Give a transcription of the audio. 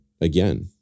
again